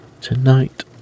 tonight